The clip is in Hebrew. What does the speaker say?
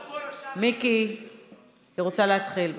כל, מיקי, היא רוצה להתחיל.